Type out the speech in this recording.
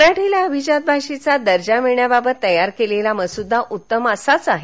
मराठीला अभिजात भाषेचा दर्जा मिळण्याबाबत तयार केलेला मस्दा उत्तम असाच आहे